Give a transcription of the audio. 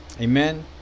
Amen